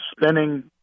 spinning